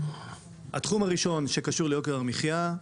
התחום הראשון, שקשור ליוקר המחיה,